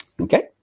Okay